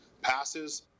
passes